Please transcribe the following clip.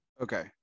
Okay